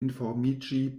informiĝi